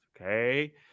Okay